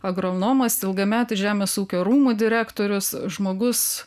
agronomas ilgametis žemės ūkio rūmų direktorius žmogus